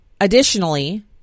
additionally